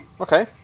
Okay